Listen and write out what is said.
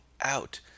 out